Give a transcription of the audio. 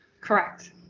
Correct